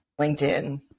LinkedIn